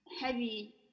heavy